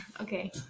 Okay